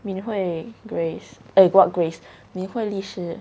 minhui grace eh what grace minhui lishi